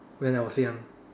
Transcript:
when I was young